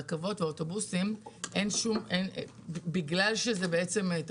מעבר לכך יש המון רגולציה עודפת מצד משרד